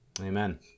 Amen